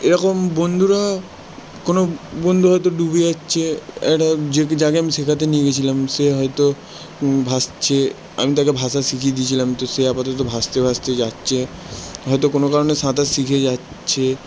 এরকম বন্ধুরা কোনো বন্ধু হয়তো ডুবে যাচ্ছে এটা যাকে আমি শেখাতে নিয়ে গিয়েছিলাম সে হয়তো ভাসছে আমি তাকে ভাসা শিখিয়ে দিয়েছিলাম তো সে আপাতত ভাসতে ভাসতে যাচ্ছে হয়তো কোনো কারণে সাঁতার শিখে যাচ্ছে